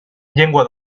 llengua